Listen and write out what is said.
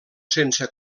sense